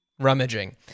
rummaging